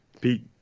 Pete